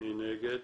מי נגד?